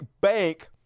bank